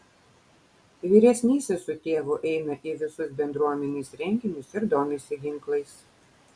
vyresnysis su tėvu eina į visus bendruomenės renginius ir domisi ginklais